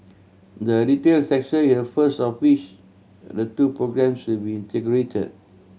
the retail in her first of which the two programmes will be integrated